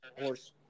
horse